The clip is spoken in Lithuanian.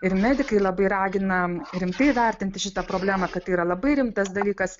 ir medikai labai ragina rimtai įvertinti šitą problemą kad tai yra labai rimtas dalykas